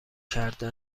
کرده